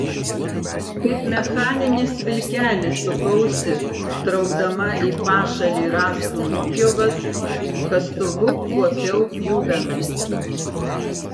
kaip mechaninis vilkelis sukausi traukdama į pašalį rąstų nuopjovas kastuvu kuopiau pjuvenas